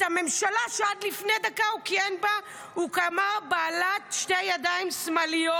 על הממשלה שעד לפני דקה הוא כיהן בה הוא אמר: "בעלת שתי ידיים שמאליות"